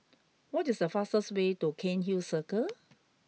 what is the fastest way to Cairnhill Circle